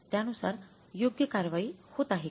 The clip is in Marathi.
त्यानुसार योग्य कारवाई होत आहे का